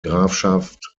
grafschaft